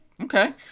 Okay